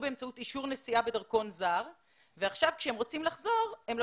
באמצעות אישור נשיאה בדרכון זר ועכשיו כשהם רוצים לחזור הם לא